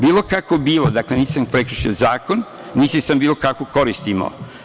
Bilo kako bilo, dakle, nisam prekršio zakon, niti sam bilo kakvu korist imao.